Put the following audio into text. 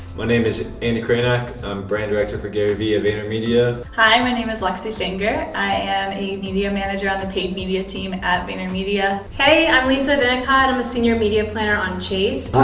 my name is andy krainak, i'm brand director for gary vee at vayner media. hi, my name is lexi finger, i am a media manager on the paid media team at vayner media. hey, i'm lisa abinakad, i'm a senior media planner on chase.